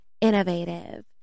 innovative